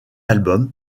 album